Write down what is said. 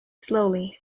slowly